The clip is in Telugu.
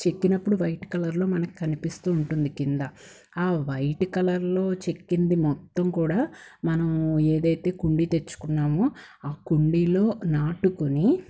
చెక్కినప్పుడు వైట్ కలర్లో మనకు కనిపిస్తూ ఉంటుంది కింద ఆ వైట్ కలర్లో చెక్కింది మొత్తం కూడా మనం ఏదైతే కుండీ తెచ్చుకున్నామో ఆ కుండీలో నాటుకొని